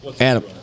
Adam